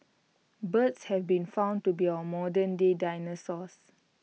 birds have been found to be our modernday dinosaurs